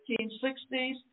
1960s